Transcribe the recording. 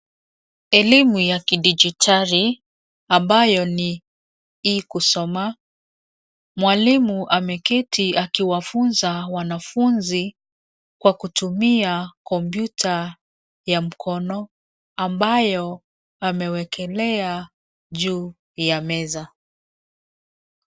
Elimu ya kidijitali ambayo ni E-kusoma. Mwalimu ameketi akiwafunza wanafunzi kwa kutumia kompyuta ya mkono ambayo amewekelea juu ya meza.